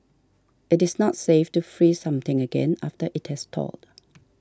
it is not safe to freeze something again after it has thawed